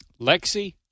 Lexi